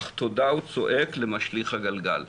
אך תודה הוא צועק למשליך הגלגל".